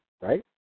right